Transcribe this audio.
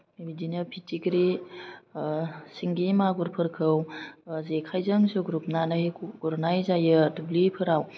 बिदिनो फिथिख्रि सिंगि मागुरफोरखौ जेखाइजों जुग्रुबनानै गुरनाइ जायो दुब्लिफोराव